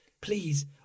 Please